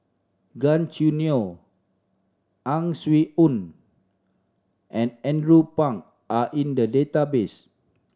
Gan Choo Neo Ang Swee Aun and Andrew Phang are in the database